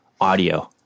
audio